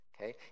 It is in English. Okay